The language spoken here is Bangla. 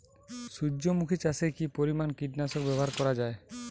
সূর্যমুখি চাষে কি পরিমান কীটনাশক ব্যবহার করা যায়?